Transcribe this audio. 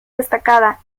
destacada